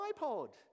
iPod